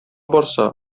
барса